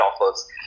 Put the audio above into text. offers